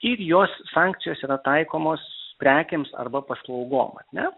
ir jos sankcijos yra taikomos prekėms arba paslaugom ar ne